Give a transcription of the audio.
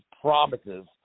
promises